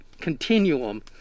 continuum